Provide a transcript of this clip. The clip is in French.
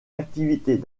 activités